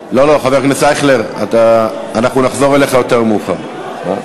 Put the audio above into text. חבר הכנסת אייכלר, אנחנו נחזור אליך יותר מאוחר.